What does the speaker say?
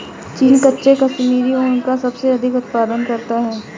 चीन कच्चे कश्मीरी ऊन का सबसे अधिक उत्पादन करता है